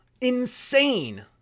insane